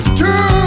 two